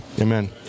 amen